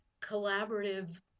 collaborative